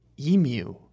emu